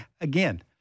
Again